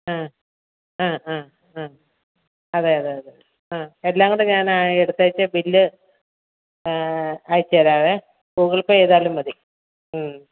ആ ആ ആ ആ അതെയതെ അതെ ആ എല്ലാം കൂടെ ഞാൻ എടുത്തേച്ച് ബില്ല് അയച്ചു തരാവേ ഗൂഗിൾ പേ ചെയ്താലും മതി ഉം